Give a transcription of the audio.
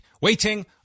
waiting